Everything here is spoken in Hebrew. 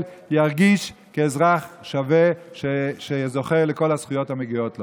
ירגיש כאזרח שווה שזוכה לכל הזכויות המגיעות לו.